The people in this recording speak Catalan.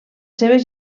seves